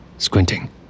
Squinting